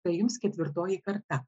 tai jums ketvirtoji karta